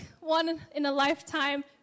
one-in-a-lifetime